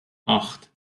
acht